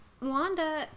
Wanda